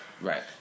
Right